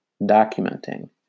documenting